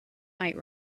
might